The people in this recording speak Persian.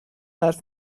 حرف